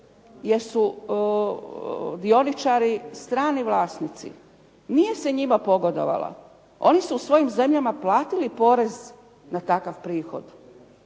jer su dioničari strani vlasnici. Nije se njima pogodovalo. Oni su u svojim zemljama platili porez na takav prihod